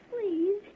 Please